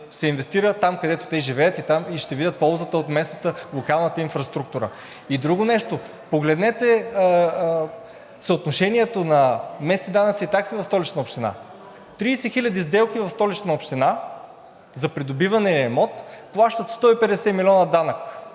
се инвестира там, където те живеят, и ще видят ползата от местната, локалната инфраструктура. И друго нещо. Погледнете съотношението на местни данъци и такси в Столична община. Тридесет хиляди сделки в Столична община за придобиване на имот плащат 150 милиона данък